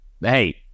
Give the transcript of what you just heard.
hey